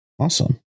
awesome